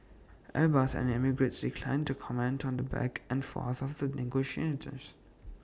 airbus and emirates declined to comment on the back and forth of the